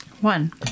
One